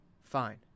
fine